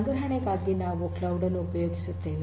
ಸಂಗ್ರಹಣೆಗಾಗಿ ನಾವು ಕ್ಲೌಡ್ ಅನ್ನು ಉಪಯೋಗಿಸುತ್ತೇವೆ